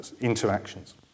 interactions